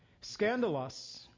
Scandalous